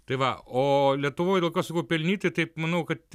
tai va o lietuvoj dėl ko sakau pelnytai taip manau kad